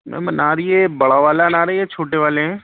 میم انار یہ بڑا والا انار ہے یا چھوٹے والے ہیں